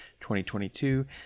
2022